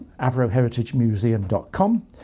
avroheritagemuseum.com